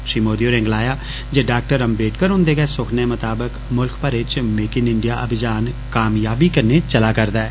श्री मोदी होरें गलाया जे डाक्टर अम्बेडकर हुन्दे सुखने मुताबक गै मुल्ख भरै च 'मेक इन इण्डिया' अभियान कामयाबी कन्नै चलै रदा ऐ